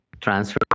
transfer